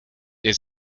der